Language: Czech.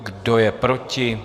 Kdo je proti?